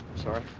sorry.